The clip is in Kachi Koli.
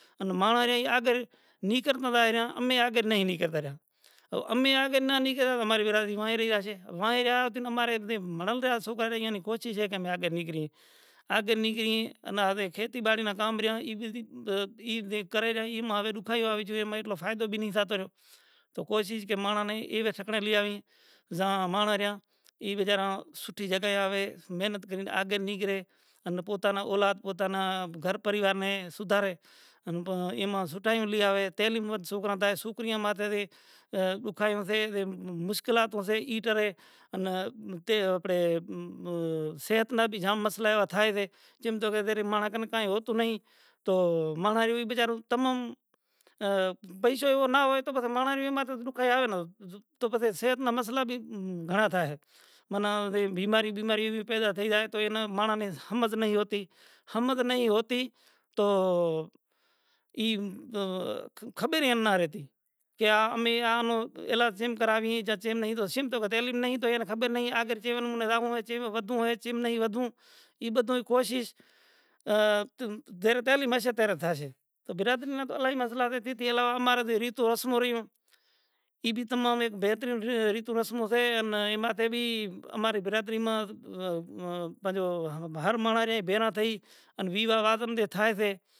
انا ماڑاں نے آگل نیکر ما وائے را تو امے آگڑ نہیں نگرتا رہیا۔ تو امے آگڑ نا نگرا تو اماری برادری وہی رہ جاشے۔ وہی ریاں ھود تو امارے اتے بھنڑدا سوکرا نی کوشش سے کہ ہمیں آگل نکلئے۔ آگے نکلئیے انے ھویں کھیتی باڑی نا کام رہیا ای بدھی ای دے کری رہیا۔ ایم آوے روں کھایو آوی جویئے انا موں ایٹلو فائدو بھی نی تھا تا رہیو۔ تو کوشش کہ ماڑاں نے ایوے ٹھکرے لیاویں۔ زاں ماڑاں رہیا۔ ای بیچارا سوٹھی جگہ ھے آوے محنت کرین آگے نکلے انا پوتا نا اولاد انا پوتا نا گھر پریوارے سودھارے۔ ان با ایما سوٹھائنوں لیا وے۔ تیلیم وچ سوکرا تھائے سوکریانی ماتے تھی اں دکھائی وتھے تے مشکلات وتھے ایٹرے ان تے اپڑے ام آ صحت نا بھی جام مسئلہ ایوا تھائی ھے چیم تو کہ تے ماڑن کائیں ھوتو نہیں تو ماڑاں ای بیچارے تمن اں پئیشو ایوا نہ ھوئے تو ماڑاں عیو ماٹے تو خیاڑ نا تو پسے صحت نا مسئلہ بھی گھنڑاں تھائے۔ من تے بیماری بیماری ایوی پیدا تھئی جائے تو اینا ماڑاں نے ھمجھ نہیں ہوتی، ھمجھ نہیں ہوتی توں ایم توں خبرے نہ رہتی۔ کہ آ امے آنو علاج چیم کراویے ھے چا چیم نہیں تو شیم تو نے تیلیم نہیں تو آگے چیوؤں نگاروں ھوتو ھوئے چیوؤں ھوتو ھوئے چیم نہیں ھوتوں۔ ای بدھوئے کوشش آ تیم تارے تیلیم ھشے تارے تھاشے۔ تو برادی نا اعلیی ہی مسئلہ ھے تے تھی علاوہ مارے تھی ھوش موں رہیوں۔ ایمی تمارے بہترین ریتو رسموں سے اینا ماتے بھی اماری برادری ما اں اں پنجھو ھر ماڑاں رے بھیرا تھئی ویواہ وادم نے تھائے سے۔